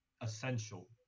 essential